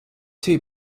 two